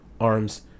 arms